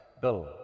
bill